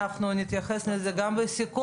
אנחנו נתייחס לזה גם בסיכום.